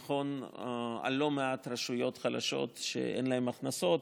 זה נכון ללא מעט רשויות חלשות שאין להן הכנסות.